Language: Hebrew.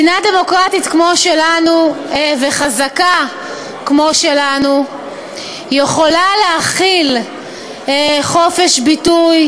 מדינה דמוקרטית וחזקה כמו שלנו יכולה להכיל חופש ביטוי